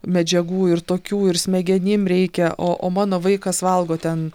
medžiagų ir tokių ir smegenim reikia o o mano vaikas valgo ten